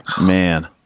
man